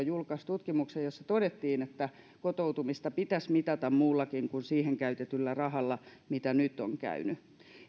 julkaisi tutkimuksen jossa todettiin että kotoutumista pitäisi mitata muullakin kuin siihen käytetyllä rahalla kuten nyt on käynyt